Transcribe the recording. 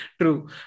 True